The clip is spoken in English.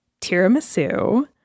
tiramisu